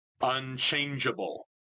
unchangeable